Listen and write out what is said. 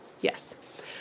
Yes